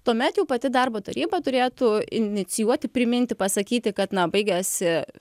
tuomet jau pati darbo taryba turėtų inicijuoti priminti pasakyti kad na baigiasi